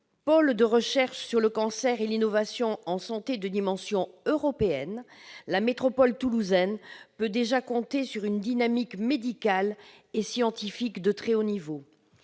pôle de recherche sur le cancer et l'innovation en santé de dimension européenne, la métropole toulousaine peut déjà compter sur une dynamique médicale et scientifique de très haut niveau.